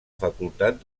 facultat